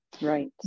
Right